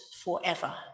forever